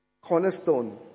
Cornerstone